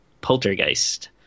Poltergeist